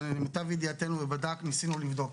שלמיטב ידיעתנו ניסינו לבדוק.